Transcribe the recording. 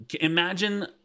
imagine